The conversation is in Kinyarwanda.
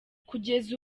kugeza